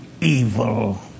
evil